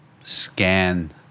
Scan